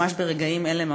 ממש ברגעים אלה,